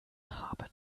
haben